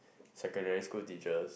secondary school teachers